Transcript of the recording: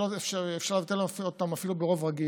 אפשר לבטל אפילו ברוב רגיל,